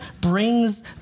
brings